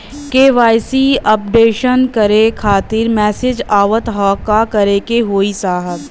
KYC updation करें खातिर message आवत ह का करे के होई साहब?